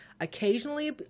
occasionally